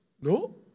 No